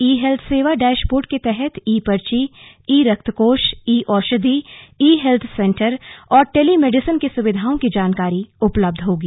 ई health सेवा dashboard के तहत ई पर्ची ई रक्तकोश ई औषधि ई हैल्थ सेन्टर और टेलीमेडिसन की सुविधाओं की जानकारी उपलब्ध होगी